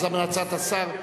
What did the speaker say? אז המלצת השר להיענות,